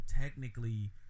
technically